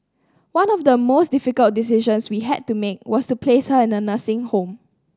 one of the most difficult decisions we had to make was to place her in a nursing home